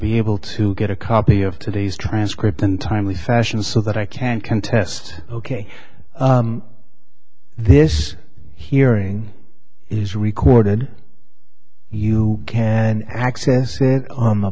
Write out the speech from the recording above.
be able to get a copy of today's transcript and timely fashion so that i can contest ok this hearing is recorded you can access it on the